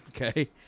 Okay